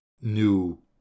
new